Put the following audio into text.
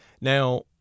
Now